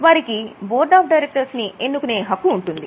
వారికి board of directors ని ఎన్నుకునే హక్కు ఉంటుంది